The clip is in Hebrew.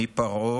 מפרעה